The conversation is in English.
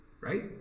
Right